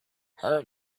her